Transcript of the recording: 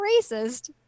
racist